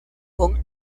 con